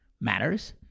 matters